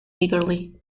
eagerly